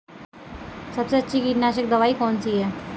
सबसे अच्छी कीटनाशक दवाई कौन सी है?